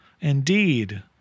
Indeed